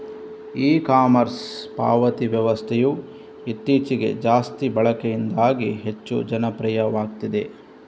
E commerce ಪಾವತಿ ವ್ಯವಸ್ಥೆಯು ಇತ್ತೀಚೆಗೆ ಜಾಸ್ತಿ ಬಳಕೆಯಿಂದಾಗಿ ಹೆಚ್ಚು ಜನಪ್ರಿಯವಾಗ್ತಿದೆ